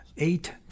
Eight